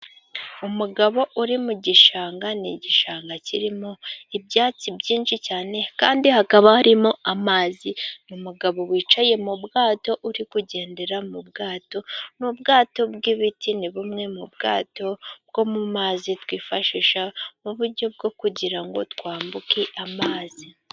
umugabo uri mu gishanga. Ni igishanga kirimo ibyatsi byinshi cyane, kandi hakaba harimo amazi. Ni umugabo wicaye mu bwato uri kugendera mu bwato. Ni ubwato bw'ibiti. Ni bumwe mu bwato bwo mu mazi twifashisha mu buryo bwo kugira ngo twambuke amazi.